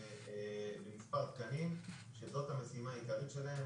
במספר תקנים שזאת המשימה העיקרית שלהם,